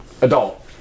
Adult